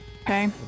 Okay